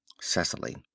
Cecily